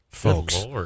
folks